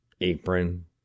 apron